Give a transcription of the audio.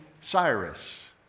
Cyrus